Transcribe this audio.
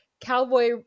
cowboy